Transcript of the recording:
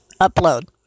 upload